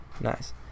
Nice